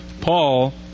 Paul